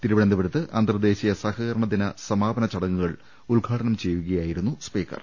തിരുവനന്തപുരത്ത് അന്തർദേശീയ സഹകരണദിന സമാപന ചടങ്ങുകൾ ഉദ്ഘാടനം ചെയ്യുക യായിരുന്നു സ്പീക്കർ